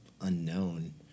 unknown